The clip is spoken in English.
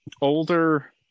older